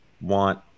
want